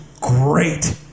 great